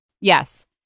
yes